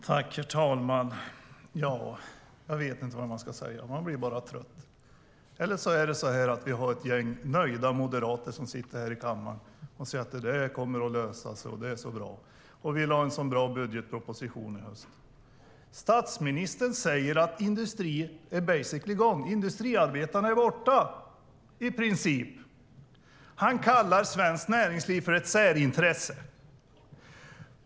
Herr talman! Jag vet inte vad man ska säga - man blir bara trött. Eller är det så att vi har ett gäng nöjda moderater som sitter här i kammaren och säger: Det där kommer att lösa sig, det är så bra och vi lade en så bra budgetproposition i höstas. Statsministern säger att industrijobb är "basically gone" - industriarbetarna är borta, i princip. Han kallar svenskt näringsliv ett särintresse.